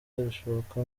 bushoboka